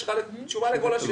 יש לך תשובה לכל השאלות.